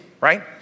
right